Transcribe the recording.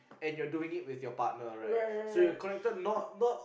and you're doing it with your partner right so you're connected not not